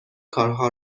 کارها